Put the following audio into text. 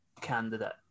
candidate